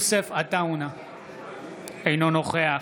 אינו נוכח